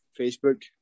Facebook